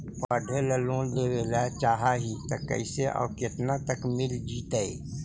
पढ़े ल लोन लेबे ल चाह ही त कैसे औ केतना तक मिल जितै?